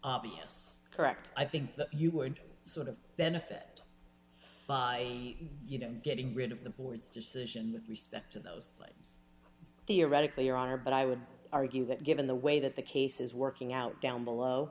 obvious correct i think you would sort of benefit by you know getting rid of the board's decision respect to those claims theoretically your honor but i would argue that given the way that the case is working out down below